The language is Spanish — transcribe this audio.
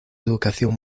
educación